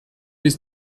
bis